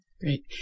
Great